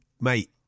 Mate